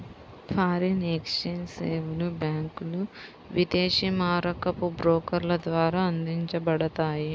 foreign exchange సేవలు బ్యాంకులు, విదేశీ మారకపు బ్రోకర్ల ద్వారా అందించబడతాయి